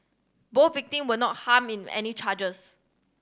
both victim were not harm in any charges